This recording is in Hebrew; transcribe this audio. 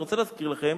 אני רוצה להזכיר לכם: